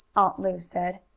aunt lu said.